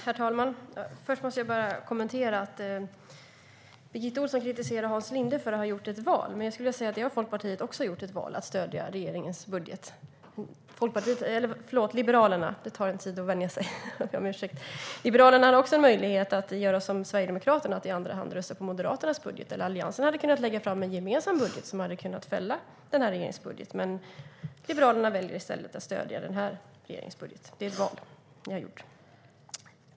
Herr talman! Jag måste börja med att kommentera att Birgitta Ohlsson kritiserade Hans Linde för att ha gjort ett val. Men jag skulle vilja säga att Liberalerna också har gjort ett val att stödja regeringens budget. Liberalerna hade också en möjlighet att göra som Sverigedemokraterna, det vill säga att i andra hand rösta på Moderaternas budget. Alliansen hade också kunnat lägga fram en gemensam budget som hade kunnat fälla regeringens budget. Men Liberalerna valde i stället att stödja den här regeringens budget. Det är ett val som ni har gjort.